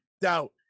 Doubt